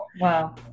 Wow